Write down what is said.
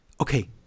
okay